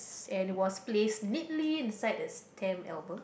and was place neatly inside the stamp album